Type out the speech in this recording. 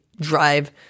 drive